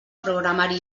programari